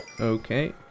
okay